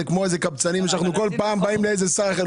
אנחנו כמו קבצנים שבאים בכל פעם לשר אחר.